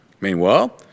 Meanwhile